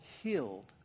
healed